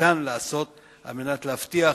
שניתן לעשות כדי להבטיח